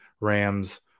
Rams